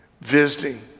visiting